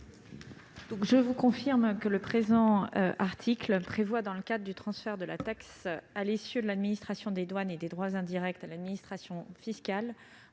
certain nombre de simplifications dans le cadre du transfert de la taxe à l'essieu de l'administration des douanes et des droits indirects à l'administration fiscale.